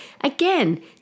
Again